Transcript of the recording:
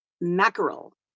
mackerel